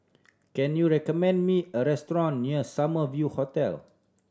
can you recommend me a restaurant near Summer View Hotel